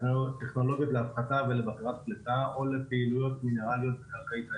טכנולוגיות להפחתה ולבקרת פליטה או לפעילויות מינרליות בקרקעית הים.